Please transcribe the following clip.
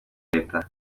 leta